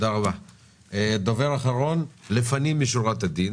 האם המקומות שציינת שאתם מגיעים אליהם,